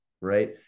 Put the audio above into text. right